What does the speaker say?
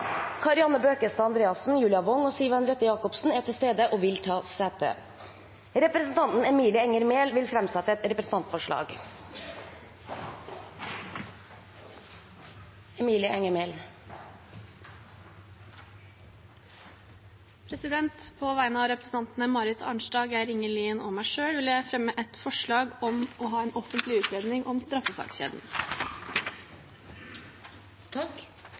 Bøkestad Andreassen, Julia Wong og Siv Henriette Jacobsen er til stede og vil ta sete. Representanten Emilie Enger Mehl vil framsette et representantforslag. På vegne av stortingsrepresentantene Marit Arnstad, Geir Inge Lien og meg selv vil jeg fremme et forslag om en offentlig utredning om straffesakskjeden.